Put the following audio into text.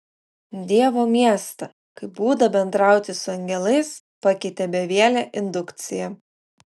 dievo miestą kaip būdą bendrauti su angelais pakeitė bevielė indukcija